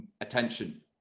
attention